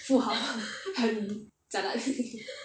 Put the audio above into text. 不好很 jialat